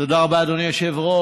תודה רבה, אדוני היושב-ראש.